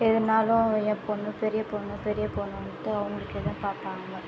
எதன்னாலும் என் பொண்ணு பெரிய பொண்ணு பெரிய பொண்ணு வந்துட்டு அவங்களுக்கே தான் பார்ப்பாங்க